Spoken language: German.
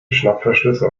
schnappverschlüsse